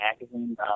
Magazine